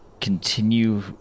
continue